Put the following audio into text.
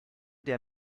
der